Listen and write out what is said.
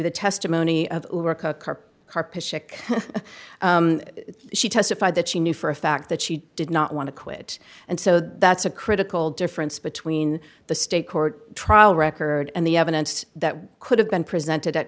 the testimony of carpet chick she testified that she knew for a fact that she did not want to quit and so that's a critical difference between the state court trial record and the evidence that could have been